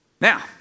Now